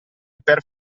per